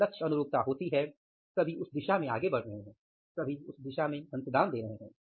जब लक्ष्य अनुरूपता होती है सभी उस दिशा में आगे बढ़ रहे हैं सभी उस दिशा में अंशदान दे रहे हैं